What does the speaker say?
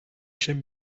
j’aime